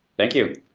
thank you.